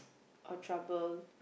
or trouble